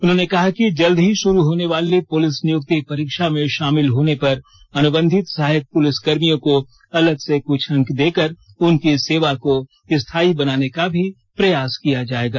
उन्होंने कहा कि जल्द ही शुरू होने वाली पुलिस नियुक्ति परीक्षा में शामिल होने पर अनुबंधित सहायक पुलिसकर्मियों को अलग से कुछ अंक देकर उनकी सेवा को स्थायी बनाने का भी किया जाएगा